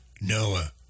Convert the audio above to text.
Noah